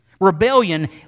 Rebellion